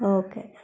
okay